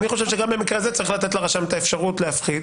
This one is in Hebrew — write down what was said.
אני חושב שגם במקרה הזה צריך לתת לרשם את האפשרות להפחית